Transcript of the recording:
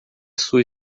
sua